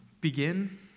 begin